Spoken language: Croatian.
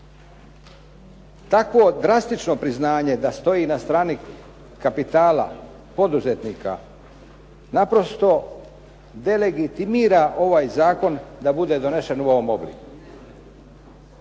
Takvo drastično priznanje da stoji na strani kapitala, poduzetnika, naprosto delegitimira ovaj zakon da bude donesen u ovom obliku.